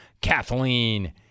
Kathleen